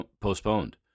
postponed